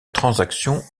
transaction